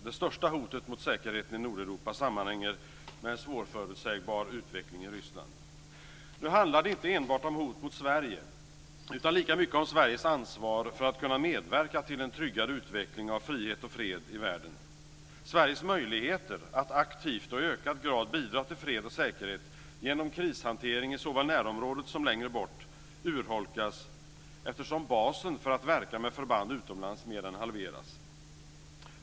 Det största hotet mot säkerheten i Nordeuropa sammanhänger med en svårförutsägbar utveckling i Nu handlar det inte enbart om hot mot Sverige utan lika mycket om Sveriges ansvar för att kunna medverka till en tryggad utveckling av frihet och fred i världen. Sveriges möjligheter att aktivt och i ökad grad bidra till fred och säkerhet genom krishantering i såväl närområdet som längre bort urholkas eftersom basen för att verka med förband utomlands mer än halveras.